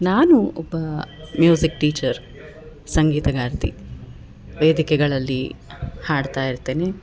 ನಾನು ಒಬ್ಬ music teacher ಸಂಗೀತಗಾರ್ತಿ ವೇದಿಕೆಗಳಲ್ಲಿ ಹಾಡ್ತಾ ಇರ್ತೇನೆ